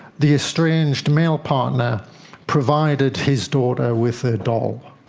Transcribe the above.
the estranged male partner provided his daughter with a doll.